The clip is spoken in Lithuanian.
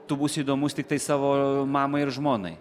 tu būsi įdomus tiktai savo mamai ir žmonai